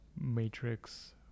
matrix